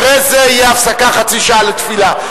אחרי זה תהיה הפסקה חצי שעה לתפילה,